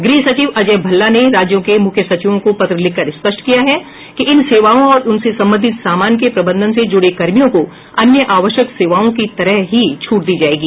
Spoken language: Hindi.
गृह सचिव अजय भल्ला ने राज्यों के मुख्य सचिवों को पत्र लिखकर स्पष्ट किया है कि इन सेवाओं और उनसे संबंधित सामान के प्रबंधन से जुड़े कर्मियों को अन्य आवश्यक सेवाओं की तरह ही छूट दी जाएगी